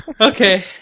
Okay